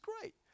great